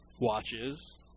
watches